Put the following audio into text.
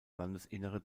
landesinnere